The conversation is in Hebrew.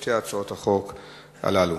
לשתי הצעות החוק הללו.